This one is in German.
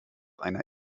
einer